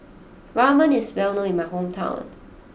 Ramen is well known in my hometown